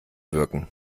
wirken